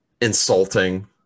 insulting